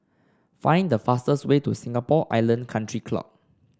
find the fastest way to Singapore Island Country Club